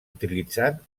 utilitzant